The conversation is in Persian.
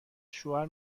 شوهر